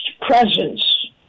presence